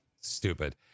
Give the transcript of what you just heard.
stupid